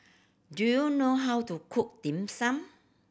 do you know how to cook Dim Sum